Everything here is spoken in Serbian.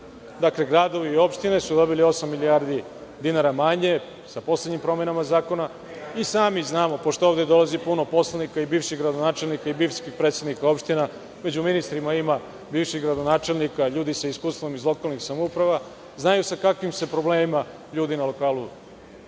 nivou. Gradovi i opštine su dobili osam milijardi dinara manje, sa poslednjim promenama zakona. I sami znamo, pošto ovde dolazi puno poslanika i bivših gradonačelnika i bivših predsednika opština, među ministrima ima bivših gradonačelnika i ljudi sa iskustvom iz lokalnih samouprava, znaju sa kakvim se problemima ljudi na lokalu